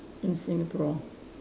in Singapore